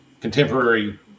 contemporary